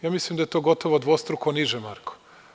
Ja mislim da je to gotovo dvostruko niže, Marko.